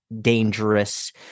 dangerous